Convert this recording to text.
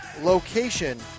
location